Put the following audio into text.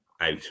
out